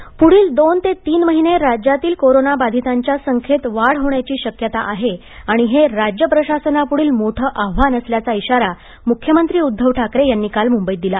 corona पुढील दोन ते तीन महिने राज्यातील कोरोना बाधितांच्या संख्येत वाढ होण्याची शक्यता आहे आणि हे राज्य प्रशासनापुढील मोठं आव्हान असल्याचा इशारा मुख्यमंत्री उध्दव ठाकरे यांनी काल मुंबईत दिला